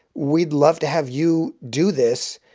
we'd love to have you do this.